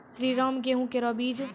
श्रीराम गेहूँ केरो बीज?